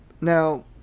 Now